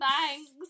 Thanks